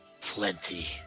Plenty